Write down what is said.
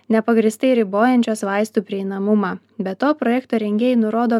nepagrįstai ribojančios vaistų prieinamumą be to projekto rengėjai nurodo